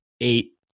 eight